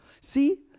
See